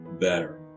better